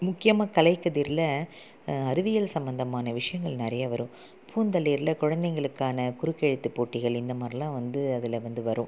முக்கியமாக கலைக்கதிரில் அறிவியல் சம்மந்தமான விஷயங்கள் நிறையா வரும் பூந்தளிரில் குழந்தைகளுக்கான குறுக்கெழுத்து போட்டிகள் இந்தமாதிரிலான் வந்து அதில் வந்து வரும்